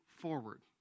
forward